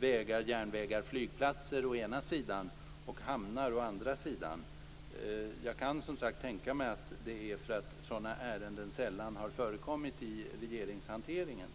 vägar, järnvägar och flygplatser å ena sidan och hamnar å andra sidan. Jag kan tänka mig att det är för att sådana ärenden sällan har förekommit i regeringshanteringen.